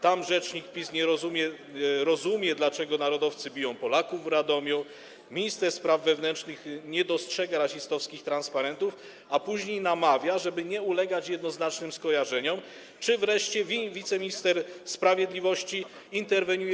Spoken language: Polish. tam rzecznik PiS rozumie, dlaczego narodowcy biją Polaków w Radomiu, minister spraw wewnętrznych nie dostrzega rasistowskich transparentów, a później namawia, żeby nie ulegać jednoznacznym skojarzeniom, czy wreszcie wiceminister sprawiedliwości interweniuje.